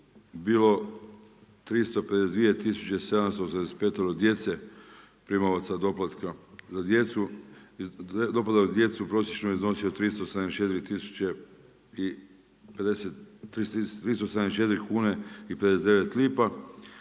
tisuće 785 djece primaoca doplatka za djecu. Doplatak za djecu, prosječno je iznosio 374 tisuće i 50,